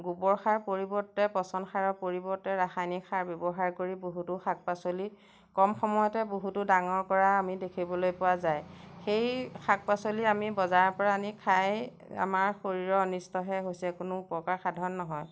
গোবৰ সাৰৰ পৰিৱৰ্তে পচন সাৰৰ পৰিৱৰ্তে ৰাসায়নিক সাৰ ব্যৱহাৰ কৰি বহুতো শাক পাচলি কম সময়তে বহুতো ডাঙৰ কৰা আমি দেখিবলৈ পোৱা যায় সেই শাক পাচলি আমি বজাৰৰ পৰা আনি খাই আমাৰ শৰীৰৰ অনিষ্টহে হৈছে কোনো উপকাৰ সাধন নহয়